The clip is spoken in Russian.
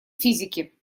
физики